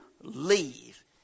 Leave